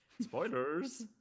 spoilers